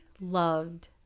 loved